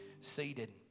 seated